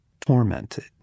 tormented